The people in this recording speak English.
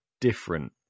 different